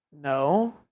No